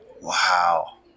Wow